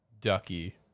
Ducky